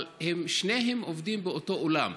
אבל הם שניהם עובדים באותו אולם.